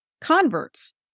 converts